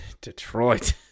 Detroit